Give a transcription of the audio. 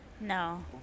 No